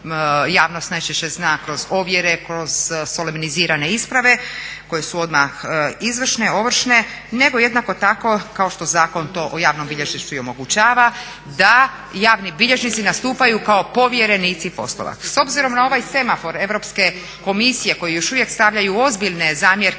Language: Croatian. javnost najčešće zna kroz ovjere, kroz solemnizirane isprave koje su odmah izvršne, ovršne. Nego jednako tako kao što Zakon o javnobilježništvu i omogućava da javni bilježnici nastupaju kao povjerenici poslova. S obzirom na ovaj semafor Europske komisije koji još uvijek stavljaju ozbiljne zamjerke